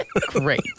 Great